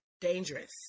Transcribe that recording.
dangerous